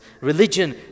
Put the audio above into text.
Religion